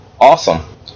Awesome